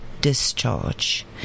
discharge